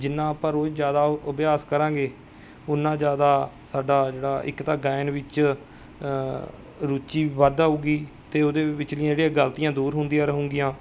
ਜਿੰਨਾ ਆਪਾਂ ਰੋਜ਼ ਜ਼ਿਆਦਾ ਅਭਿਆਸ ਕਰਾਂਗੇ ਉਨਾ ਜ਼ਿਆਦਾ ਸਾਡਾ ਜਿਹੜਾ ਇੱਕ ਤਾਂ ਗਾਇਨ ਵਿੱਚ ਰੁਚੀ ਵੱਧ ਆਊਗੀ ਅਤੇ ਉਹਦੇ ਵਿਚਲੀਆਂ ਜਿਹੜੀਆਂ ਗਲਤੀਆਂ ਦੂਰ ਹੁੰਦੀਆਂ ਰਹੂੰਗੀਆਂ